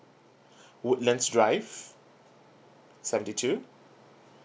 woodlands drive seventy two